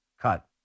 cut